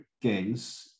games